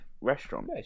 restaurant